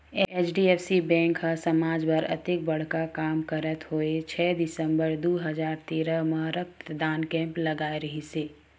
HDFC bank ह समाज बर अतेक बड़का काम करत होय छै दिसंबर दू हजार तेरा म रक्तदान कैम्प लगाय रिहिस हे